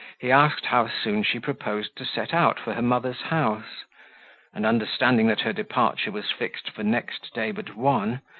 he asked how soon she proposed to set out for her mother's house and understanding that her departure was fixed for next day but one,